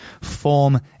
form